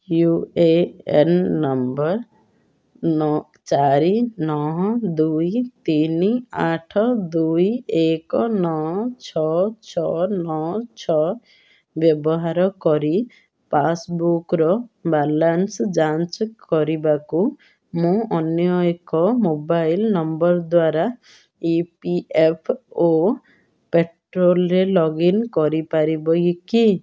you A N number ନଅ ଚାରି ନଅ ଦୁଇ ତିନି ଆଠ ଦୁଇ ଏକ ନଅ ଛଅ ଛଅ ନଅ ଛଅ ବ୍ୟବହାର କରି ପାସ୍ବୁକ୍ର ବାଲାନ୍ସ ଯାଞ୍ଚ କରିବାକୁ ମୁଁ ଅନ୍ୟ ଏକ ମୋବାଇଲ ନମ୍ବର ଦ୍ଵାରା ଇ ପି ଏଫ୍ ଓ ପେର୍ଟୋଲ୍ରେ ଲଗ୍ ଇନ୍ କରିପାରିବି କି